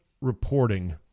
reporting